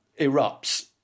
erupts